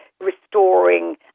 restoring